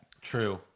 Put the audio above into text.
True